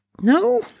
No